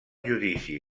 judici